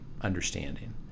understanding